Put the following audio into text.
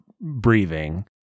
breathing